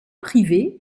privée